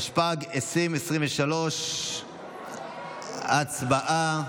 התשפ"ג 2023. הצבעה.